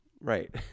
right